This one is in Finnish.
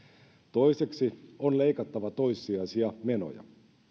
toiseksi on leikattava toissijaisia menoja